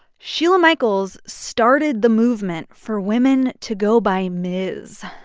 sheila michaels started the movement for women to go by ms,